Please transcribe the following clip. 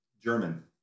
German